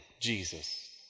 Jesus